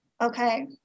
okay